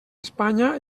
espanya